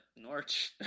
Norch